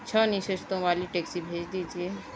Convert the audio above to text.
چھ نشستوں والی ٹیکسی بھیج دیجیے